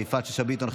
יפעת שאשא ביטון,